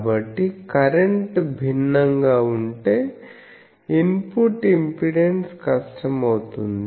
కాబట్టికరెంట్ భిన్నంగా ఉంటే input impedance కష్టం అవుతుంది